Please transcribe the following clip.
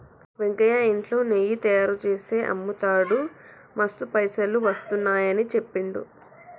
వెంకయ్య ఇంట్లో నెయ్యి తయారుచేసి అమ్ముతాడు మస్తు పైసలు వస్తున్నాయని చెప్పిండు